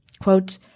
Quote